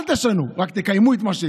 אל תשנו, רק תקיימו את מה שהבטיחו.